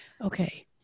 Okay